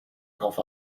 cough